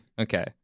Okay